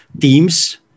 teams